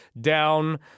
down